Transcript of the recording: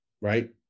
right